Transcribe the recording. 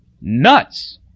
Nuts